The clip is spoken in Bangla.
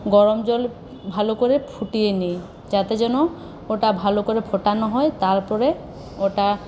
গরম জল ভালো করে ফুটিয়ে নিই যাতে যেন ওটা ভালো করে ফোটানো হয় তারপরে ওটা